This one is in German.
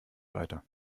weiter